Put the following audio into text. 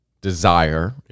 desire